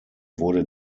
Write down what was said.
wurde